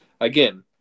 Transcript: Again